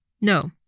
No